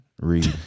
Read